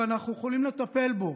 ואנחנו יכולים לטפל בו.